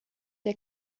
der